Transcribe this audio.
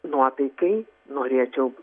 nuotaikai norėčiau